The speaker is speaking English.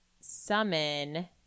summon